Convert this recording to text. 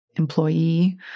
Employee